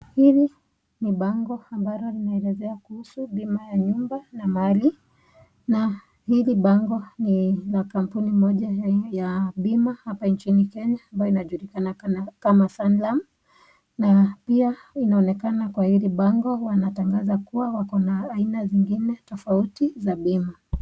Hili ni bango ambalo linaelezea bima la nyumba na mali, na hili bango ni ya kampuni moja ya bima hapa nchini kenya huwa inajulikana kama sun love na pia inaonekana kwa hili mabngo wanatangaza kuwa wako na aina tofauti za bima